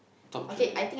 top three right